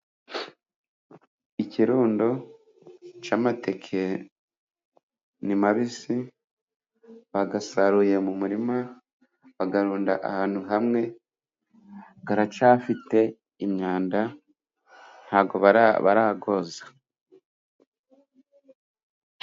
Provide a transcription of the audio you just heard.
Ikirundo c'amateke ni mabisi bagasaruye mu murima bagarunda ahantu hamwe gararacafite imyanda ntago baragoza.